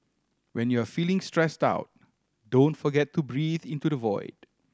when you are feeling stressed out don't forget to breathe into the void